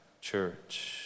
church